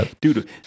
Dude